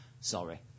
Sorry